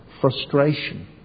frustration